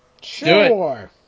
Sure